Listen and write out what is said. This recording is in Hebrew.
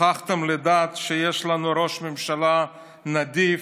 נוכחתם לדעת שיש לנו ראש ממשלה נדיב,